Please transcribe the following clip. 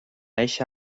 eixa